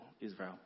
Israel